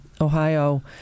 Ohio